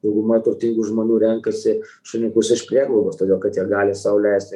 dauguma turtingų žmonių renkasi šuniukus iš prieglaudos todėl kad jie gali sau leisti